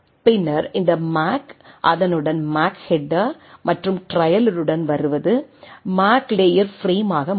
பின்னர் இந்த மேக் அதனுடன் மேக் ஹெட்டர் மற்றும் டிரெய்லருடன் வருவது மேக் லேயர் பிரேமாக மாறும்